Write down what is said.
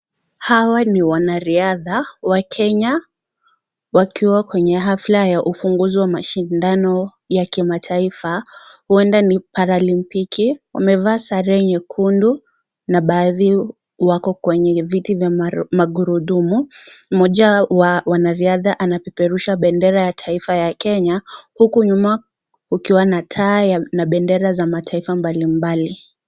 Hawa ni wanariadha wa Kenya wakiwa kwenye hafla ya mashindano ya kiafrika huenda ni paralompiki wamevaa sare mekundu na baadhi yako kwenye viti vya magurudumu, mmoja ya wanariadha anapeperusha bendera ya kitaifa ya Kenya, huku nyuma kuna bendera ma taa za taifa mbalimbali.